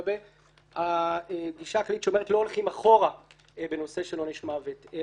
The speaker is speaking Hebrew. לגבי הגישה הכללית שאומרת לא הולכים אחורה בנושא של עונש מוות.